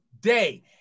day